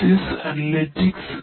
ഇതോടെ നമ്മൾ അവസാനിപ്പിക്കാൻ പോകുന്നു